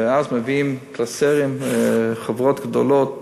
ואז מביאים קלסרים, חוברות גדולות,